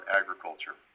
agriculture